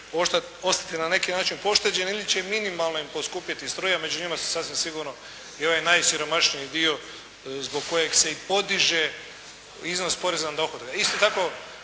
ostati na neki način pošteđeni ili će minimalno im poskupiti struja. Među njima su sasvim sigurno i onaj najsiromašniji dio zbog kojeg se i podiže iznos poreza na dohodak. Isto tako,